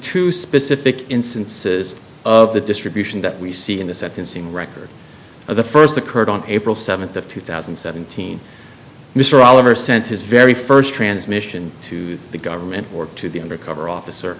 two specific instances of the distribution that we see in the sentencing record of the first occurred on april seventh of two thousand and seventeen mr oliver sent his very first transmission to the government or to the undercover officer